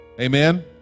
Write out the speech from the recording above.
amen